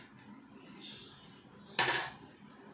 நாலு அப்புறம் நான்:naalu appuram naan it was only four of us